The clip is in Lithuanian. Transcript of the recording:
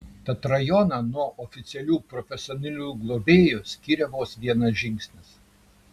tad rajoną nuo oficialių profesionalių globėjų skiria vos vienas žingsnis